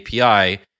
API